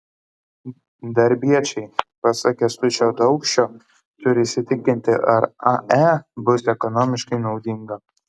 darbiečiai pasak kęstučio daukšio turi įsitikinti ar ae bus ekonomiškai naudinga